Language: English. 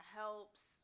helps